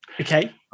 okay